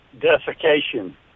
desiccation